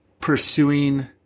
pursuing